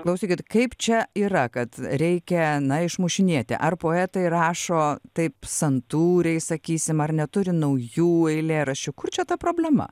klausykit kaip čia yra kad reikia na išmušinėti ar poetai rašo taip santūriai sakysim ar neturi naujų eilėraščių kur čia ta problema